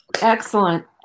Excellent